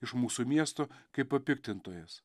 iš mūsų miestų kaip papiktintojas